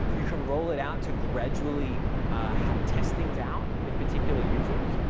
you can roll it out to gradually test things out with particular users.